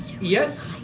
yes